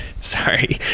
sorry